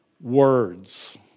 words